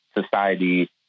society